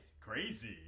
Crazy